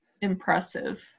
impressive